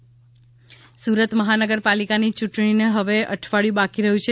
સુરત ચૂંટણી સુરત મહાનગરપાલિકાની ચૂંટણીને હવે અઠવાડીયું બાકી રહ્યું છે